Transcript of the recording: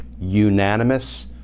unanimous